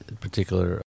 particular